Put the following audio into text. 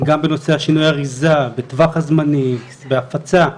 גם בנושא שינוי האריזה וטווח הזמנים והפצה,